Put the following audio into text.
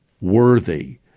worthy